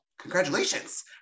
congratulations